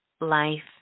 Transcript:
life